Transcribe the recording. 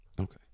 Okay